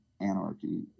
anarchy